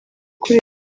kuri